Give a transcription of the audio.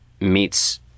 meets